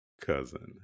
cousin